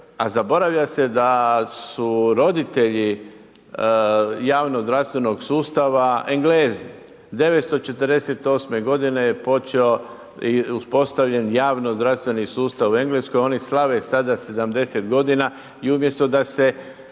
a zaboravlja se da su roditelji javnog zdravstvenog sustava Englezi. '948. je počeo i uspostavljen javno zdravstveni sustav u Engleskoj, oni slave sada 70 godina i umjesto da se